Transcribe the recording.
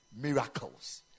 miracles